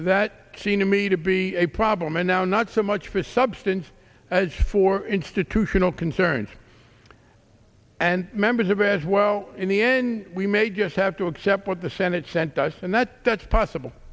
that seem to me to be a problem and now not so much for substance as for institutional concerns and members have as well in the end we may just have to accept what the senate sent us and that that's possible